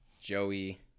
Joey